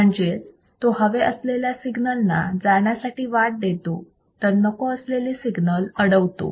म्हणजेच तो हवे असलेल्या सिग्नलला जाण्यासाठी वाट देतो तर नको असलेले सिग्नल अडवतो